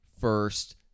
first